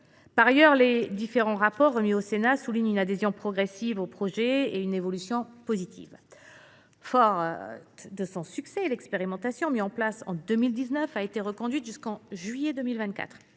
Par ailleurs, les différents rapports remis au Sénat soulignent une adhésion progressive au projet et une évolution positive. Forte de son succès, l’expérimentation mise en place en 2019 a été reconduite jusqu’en juillet 2024.